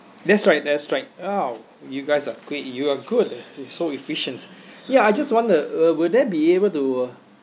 that's right that's right oh you guys are quick you are good so efficient ya I just wonder uh would they be able to